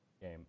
game